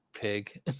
Pig